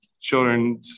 children